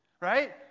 right